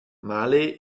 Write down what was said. malé